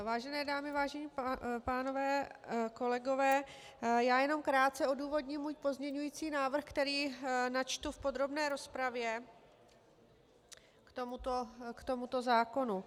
Vážené dámy, vážení pánové, kolegové, já jenom krátce odůvodním svůj pozměňující návrh, který načtu v podrobné rozpravě k tomuto zákonu.